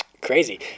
Crazy